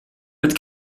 mit